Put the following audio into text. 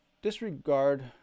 Disregard